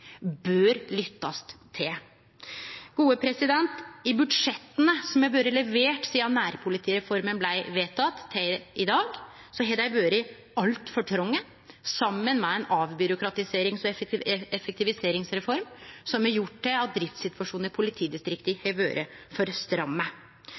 bør lyttast til. Budsjetta som har blitt leverte sidan nærpolitireforma blei vedteken og til i dag, har vore altfor tronge, saman med ei avbyråkratiserings- og effektiviseringsreform som har gjort at driftssituasjonen i politidistrikta